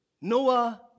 Noah